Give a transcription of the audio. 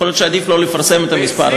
יכול להיות שעדיף לא לפרסם את המספר הזה.